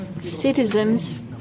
citizens